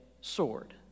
sword